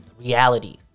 reality